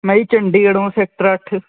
ਮੈਂ ਜੀ ਚੰਡੀਗੜੋਂ ਸੈਕਟਰ ਅੱਠ